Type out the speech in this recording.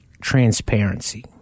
transparency